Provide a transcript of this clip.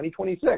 2026